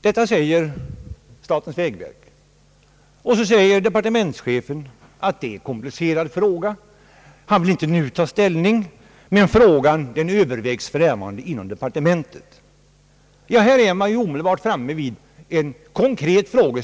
Detta framhåller statens vägverk, och så säger departementschefen att det är en komplicerad fråga. Han vill inte nu ta ställning, men frågan övervägs för närvarande inom departementet. Här finns det anledning att ställa en konkret fråga